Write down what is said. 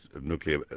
nuclear